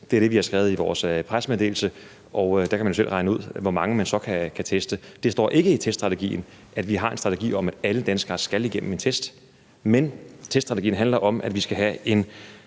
det er det, vi har skrevet i vores pressemeddelelse, og der kan man jo selv regne ud, hvor mange man så kan teste. Der står ikke i teststrategien, at vi har en strategi om, at alle danskere skal igennem en test, men teststrategien handler om, at vi skal have »en